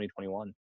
2021